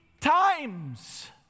times